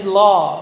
law